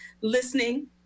listening